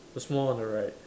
the small on the right